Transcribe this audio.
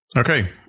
okay